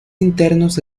internos